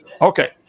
Okay